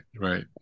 Right